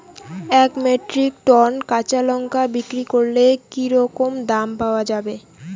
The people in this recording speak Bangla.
এক মেট্রিক টন কাঁচা লঙ্কা বিক্রি করলে কি রকম দাম পাওয়া যাবে?